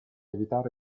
evitare